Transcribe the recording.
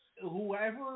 whoever